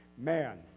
Man